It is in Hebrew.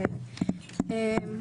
בבקשה.